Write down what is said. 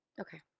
Okay